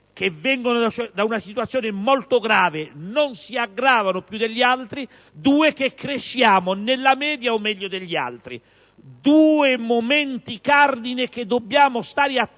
che vengono da una situazione molto grave, non si aggravano più degli altri; in secondo luogo cresciamo nella media o meglio degli altri. Due aspetti cardine che dobbiamo stare attenti